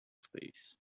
space